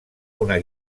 una